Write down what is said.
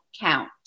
count